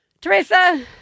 Teresa